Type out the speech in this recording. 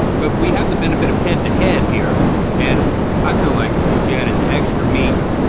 but we have the benefit of head-to-head here and i feel like once you add in extra meat,